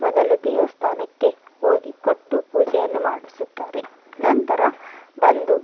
ಮೊದಲು ದೇವಸ್ಥಾನಕ್ಕೆ ಹೋಗಿ ಕೊಟ್ಟು ಪೂಜೆಯನ್ನು ಮಾಡಿಸುತ್ತಾರೆ ನಂತರ ಬಂದು